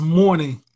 morning